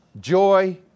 Joy